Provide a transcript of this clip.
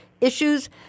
issues